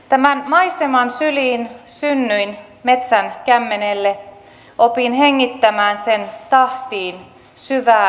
tämän maiseman syliin synnyin metsän kämmenelle opin hengittämään sen tahtiin syvään